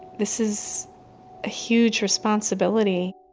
this is a huge responsibility